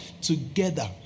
together